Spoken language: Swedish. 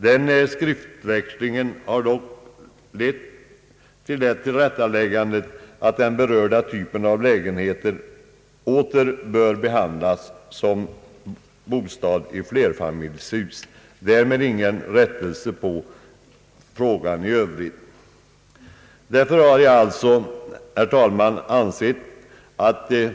Den skriftväxlingen har dock lett till det tillrättaläggandet att den berörda typen av lägenheter åter behandlas som bostad i flerfamiljshus; i övrigt erhölls ingen rättelse.